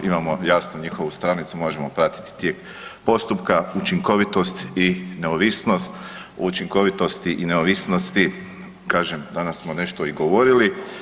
Imamo jasno njihovu stranicu, možemo pratiti tijek postupka, učinkovitost i neovisnost, o učinkovitosti i neovisnosti, kažem danas smo nešto i govorili.